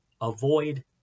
avoid